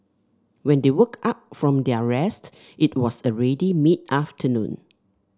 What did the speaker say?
when they woke up from their rest it was already mid afternoon